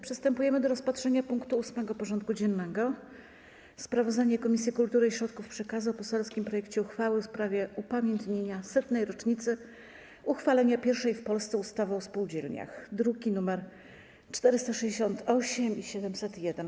Przystępujemy do rozpatrzenia punktu 8. porządku dziennego: Sprawozdanie Komisji Kultury i Środków Przekazu o poselskim projekcie uchwały w sprawie upamiętnienia setnej rocznicy uchwalenia pierwszej w Polsce ustawy o spółdzielniach (druki nr 468 i 701)